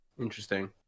Interesting